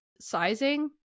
sizing